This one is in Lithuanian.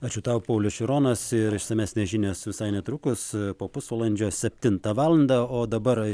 ačiū tau paulius šironas ir išsamesnės žinios visai netrukus po pusvalandžio septintą valandą o dabar